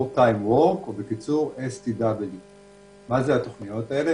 short time work או בקיצור STW. מה התוכניות האלה?